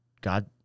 God